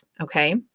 Okay